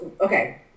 okay